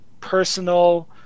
personal